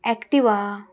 Activa